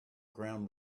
ground